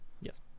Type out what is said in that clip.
Yes